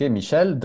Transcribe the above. Michel